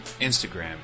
Instagram